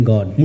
God